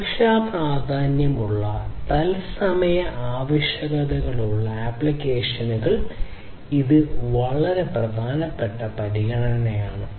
സുരക്ഷാ പ്രാധാന്യമുള്ള തത്സമയ ആവശ്യകതകളുള്ള ആപ്ലിക്കേഷനുകൾക്ക് ഇത് വളരെ പ്രധാനപ്പെട്ട പരിഗണനയാണ്